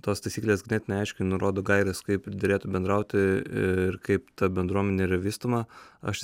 tos taisyklės ganėtinai aiškiai nurodo gaires kaip derėtų bendrauti ir kaip ta bendruomenė yra vystoma aš